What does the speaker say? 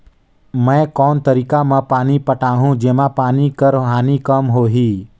मैं कोन तरीका म पानी पटाहूं जेमा पानी कर हानि कम होही?